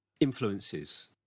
influences